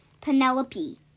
Penelope